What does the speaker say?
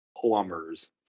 Plumbers